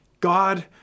God